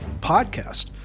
Podcast